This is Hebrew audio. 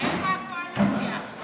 איפה הקואליציה?